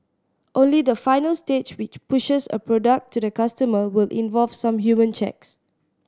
only the final stage which pushes a product to the customer will involve some human checks